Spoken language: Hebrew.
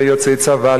ליוצאי צבא,